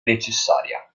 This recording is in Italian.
necessaria